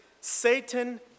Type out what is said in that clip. Satan